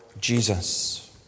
Jesus